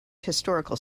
historical